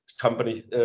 company